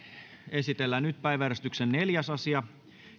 esitellään nyt päiväjärjestyksen neljäs asia